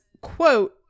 quote